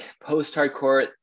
post-hardcore